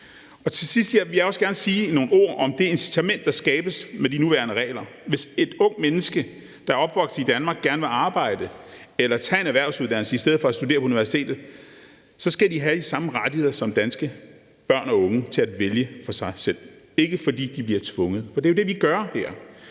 Til sidst her vil jeg også gerne sige nogle ord om det incitament, der skabes med de nuværende regler. Hvis unge mennesker, der er opvokset i Danmark, gerne vil arbejde eller tage en erhvervsuddannelse i stedet for at studere på universitetet, skal de have de samme rettigheder som danske børn og unge til at vælge for sig selv og ikke, fordi de bliver tvunget. For det er jo det, vi gør her.